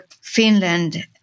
Finland